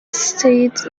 states